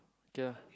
ya